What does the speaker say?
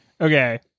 Okay